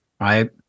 right